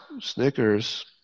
Snickers